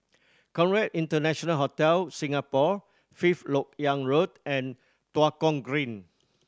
Conrad International Hotel Singapore Fifth Lok Yang Road and Tua Kong Green